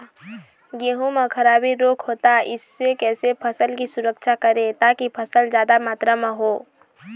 गेहूं म खराबी रोग होता इससे कैसे फसल की सुरक्षा करें ताकि फसल जादा मात्रा म हो?